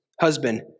Husband